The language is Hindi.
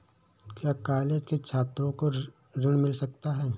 क्या कॉलेज के छात्रो को ऋण मिल सकता है?